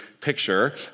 Picture